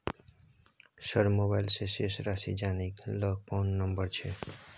Sir mobile से शेस राशि जानय ल कोन नंबर छै?